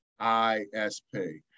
ISP